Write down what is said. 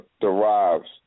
derives